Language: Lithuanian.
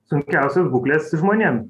sunkiausios būklės žmonėm